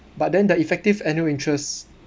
but then the effective annual interest